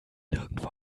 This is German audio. nirgendwo